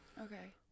Okay